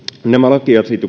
nämä